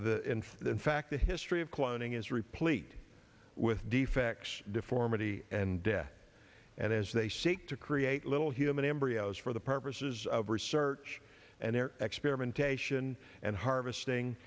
the fact the history of cloning is replete with defects deformity and death as they seek to create little human embryos for the purposes of research and their experimentation and harvesting